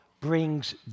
brings